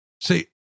See